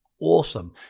awesome